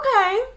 Okay